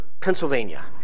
Pennsylvania